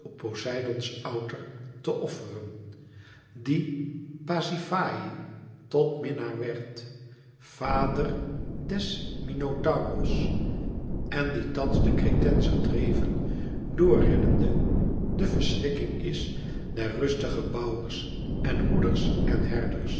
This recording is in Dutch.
op poseidoons outer te offeren die pazifaë tot minnaar werd vader des minotauros en die thans de kretenzer dreven door rennende de verschrikking is der rustige bouwers en hoeders en herders